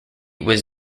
was